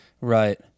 right